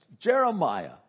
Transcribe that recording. Jeremiah